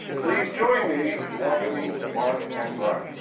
please join me in welcoming mark and brian.